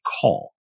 call